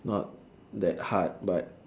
not that hard but